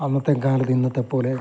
അന്നത്തെ കാലത്ത് ഇന്നത്ത പോലെ